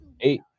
eight